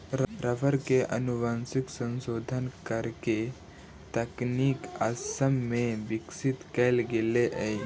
rubber के आनुवंशिक संशोधन करे के तकनीक असम में विकसित कैल गेले हई